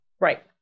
Right